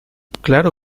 claro